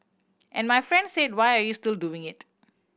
and my friend said why are you still doing it